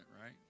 right